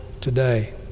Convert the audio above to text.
today